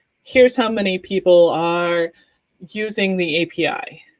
here's how many people are using the api.